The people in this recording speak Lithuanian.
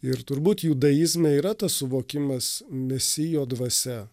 ir turbūt judaizme yra tas suvokimas mesijo dvasia